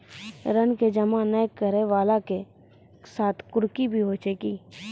ऋण के जमा नै करैय वाला के साथ कुर्की भी होय छै कि?